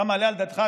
אתה מעלה על דעתך,